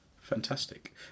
fantastic